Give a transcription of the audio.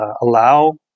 allow